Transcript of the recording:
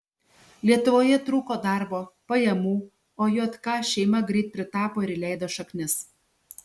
lietuvoje trūko darbo pajamų o jk šeima greit pritapo ir įleido šaknis